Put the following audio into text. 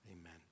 Amen